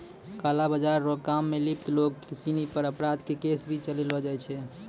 काला बाजार रो काम मे लिप्त लोग सिनी पर अपराध के केस भी चलैलो जाय छै